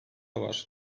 var